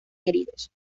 heridos